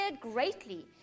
greatly